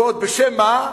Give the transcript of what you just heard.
ועוד בשם מה?